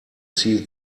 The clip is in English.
see